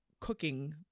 Cooking